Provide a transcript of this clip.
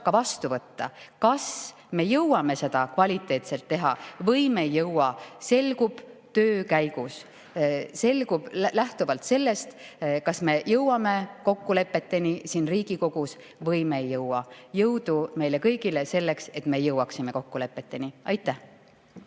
ikka vastu võtta. Kas me jõuame seda kvaliteetselt teha või me ei jõua, selgub töö käigus. See selgub lähtuvalt sellest, kas me jõuame kokkulepeteni siin Riigikogus või me ei jõua. Jõudu meile kõigile selleks, et me jõuaksime kokkulepeteni!